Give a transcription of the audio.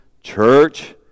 church